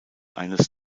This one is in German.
eines